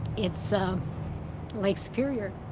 it's so lake superior,